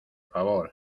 favor